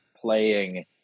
playing